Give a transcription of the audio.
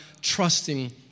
trusting